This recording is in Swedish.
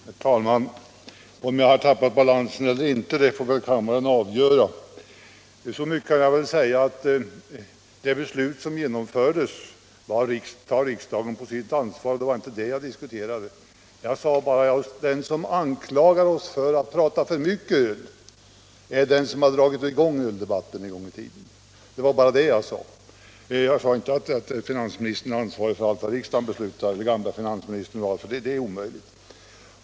Herr talman! Om jag har tappat balansen eller inte får väl kammaren avgöra. Så mycket kan jag säga att det beslut som riksdagen tog får den också ta på sitt ansvar. Men det var inte det jag diskuterade. Jag sade bara att den som anklagar oss för att prata för mycket om öl är den som en gång drog i gång öldebatten. Självfallet är inte den förre finansministern ansvarig för allt som riksdagen har beslutat om.